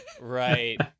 Right